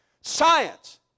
science